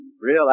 Real